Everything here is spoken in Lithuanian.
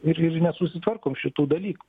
ir ir nesusitvarkom šitų dalykų